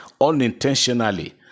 unintentionally